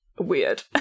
weird